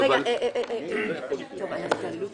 (הישיבה נפסקה